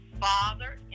Father